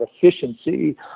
efficiency